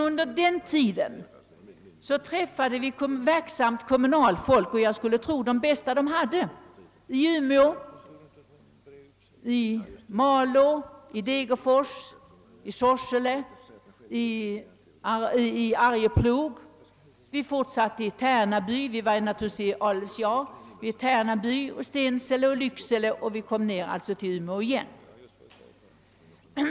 Under den resan träffade vi verksamma kommunalmän; jag skulle tro att de var de bästa man hade i Umeå, i Malå, i Degerfors, i Sorsele, i Arjeplog. Vi fortsatte till Tärnaby, och vi var naturligtvis i Gauto, i Stensele och i Lycksele.